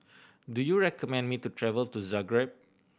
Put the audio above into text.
do you recommend me to travel to Zagreb